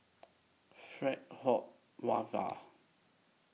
Fred Hoy Wava